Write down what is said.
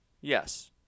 Yes